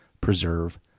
preserve